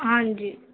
ਹਾਂਜੀ